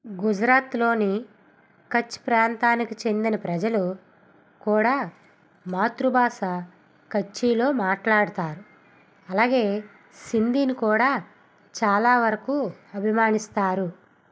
గుజరాత్లోని కచ్ ప్రాంతానికి చెందిన ప్రజలు కూడా మాతృభాష కచ్చీలో మాట్లాడతారు అలాగే సింధీని కూడా చాలా వరకు అభిమానిస్తారు